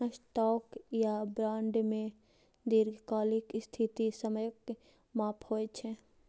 stock या bond मे दीर्घकालिक स्थिति समयक माप होइ छै